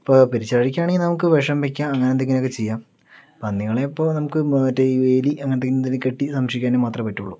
ഇപ്പോൾ പെരുച്ചാഴിക്കാണെങ്കിൽ നമുക്ക് വിഷം വയ്ക്കാം അങ്ങനെ എന്തെങ്കിലുമൊക്കെ ചെയ്യാം പന്നികളെ ഇപ്പോൾ നമുക്ക് മറ്റേ ഈ വേലി അങ്ങനത്തെ എന്തെങ്കിലും കെട്ടി സംരക്ഷിക്കാനേ പറ്റൂ